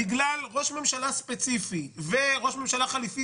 בגלל ראש ממשלה ספציפי וראש ממשלה חליפי